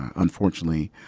unfortunately,